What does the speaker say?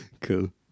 Cool